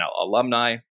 alumni